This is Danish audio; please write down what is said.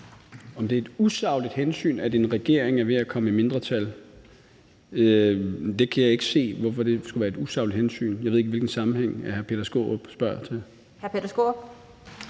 Om det er et usagligt hensyn, at en regering er ved at komme i mindretal? Jeg kan ikke se, hvorfor det skulle være et usagligt hensyn. Jeg ved ikke, hvilken sammenhæng hr. Peter Skaarup spørger til.